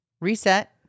Reset